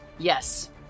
Yes